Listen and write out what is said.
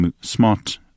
smart